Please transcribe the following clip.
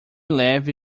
leve